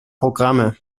programme